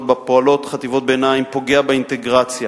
שבהן פועלות חטיבות ביניים פוגעת באינטגרציה,